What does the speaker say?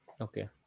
Okay